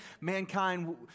mankind